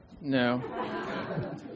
No